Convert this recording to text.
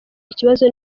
ikibazo